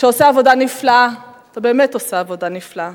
שעושה עבודה נפלאה, באמת עושה עבודה נפלאה.